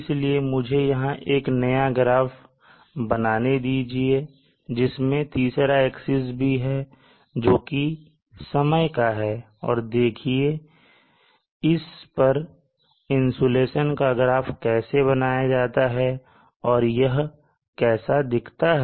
इसलिए मुझे यहां एक नया ग्राफ बनाने दीजिए जिसमें तीसरा एक्सिस भी है जो कि समय का है और देखिए इस पर इंसुलेशन का ग्राफ कैसे बनाया जाता है और यह कैसा दिखता है